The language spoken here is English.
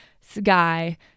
sky